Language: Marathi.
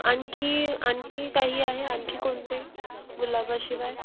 आणखी आणखी काही आहे आणखी कोणते गुलाबाशिवाय